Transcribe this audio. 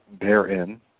therein